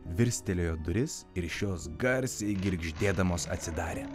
virstelėjo duris ir šios garsiai girgždėdamos atsidarė